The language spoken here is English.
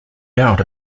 doubt